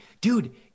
dude